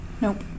Nope